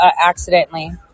accidentally